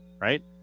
right